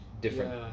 different